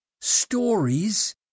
stories